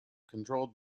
controlled